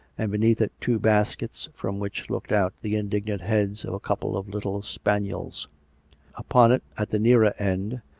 and beneath it two baskets from which looked out the indignant heads of a couple of little spaniels upon it, at the nearer end,